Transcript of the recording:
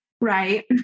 Right